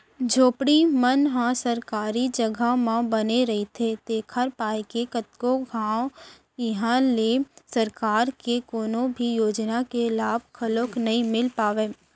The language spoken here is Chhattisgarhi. झोपड़ी मन ह सरकारी जघा म बने रहिथे तेखर पाय के कतको घांव इहां के सरकार के कोनो भी योजना के लाभ घलोक नइ मिल पावय